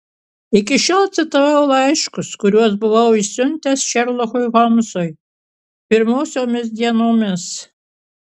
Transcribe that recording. iki šiol citavau laiškus kuriuos buvau išsiuntęs šerlokui holmsui pirmosiomis dienomis